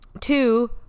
Two